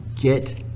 get